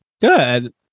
Good